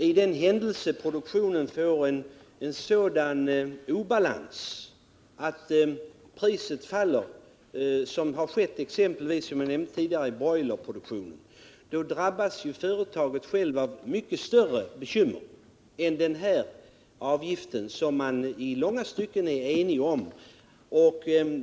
I den händelse produktionen får en sådan obalans att priset faller — vilket exempelvis har skett inom broilerproduktionen — drabbas nämligen företaget självt av mycket större bekymmer än den här avgiften, som man i långa stycken är enig om.